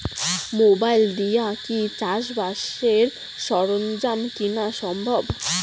Mobile দিয়া কি চাষবাসের সরঞ্জাম কিনা সম্ভব?